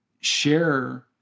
share